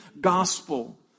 gospel